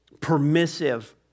permissive